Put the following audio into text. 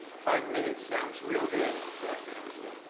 five minutes sounds real good right now, so.